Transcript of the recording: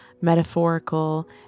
metaphorical